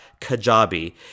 kajabi